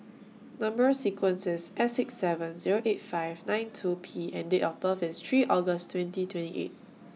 Number sequence IS S six seven Zero eight five nine two P and Date of birth IS three August twenty twenty eight